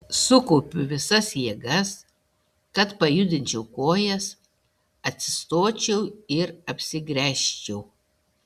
sukaupiu visas jėgas kad pajudinčiau kojas atsistočiau ir apsigręžčiau